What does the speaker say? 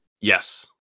Yes